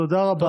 תודה רבה.